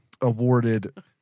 awarded